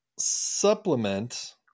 Supplement